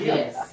Yes